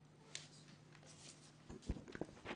בבקשה.